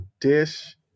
dish